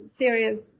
serious